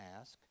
ask